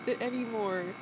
anymore